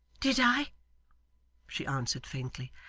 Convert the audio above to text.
did i she answered faintly.